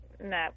No